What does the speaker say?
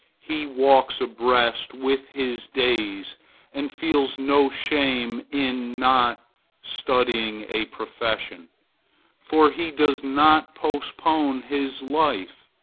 he walks abreast with his days and feels no shame in not studying a profession for he does not postpone his life,